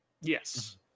Yes